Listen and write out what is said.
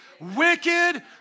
Wicked